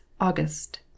August